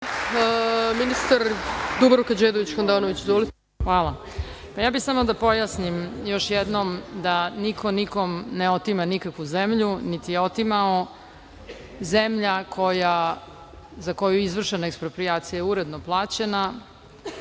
**Dubravka Đedović Handanović** Hvala. Samo bih da pojasnim još jednom da niko nikom ne otima nikakvu zemlju, niti je otimao. Zemlja za koju je izvršena eksproprijacija je uredno plaćena.